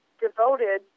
devoted